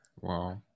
Wow